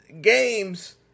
games